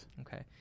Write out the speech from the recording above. okay